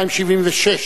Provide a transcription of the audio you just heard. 276,